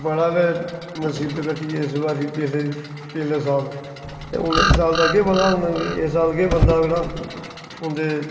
बड़ी गै मुसीबत कट्टी ऐ इस बारी पिछले पिछले साल ते हून इस साल दा केह् पता हून अस साल केह् बनदा अगड़ा ते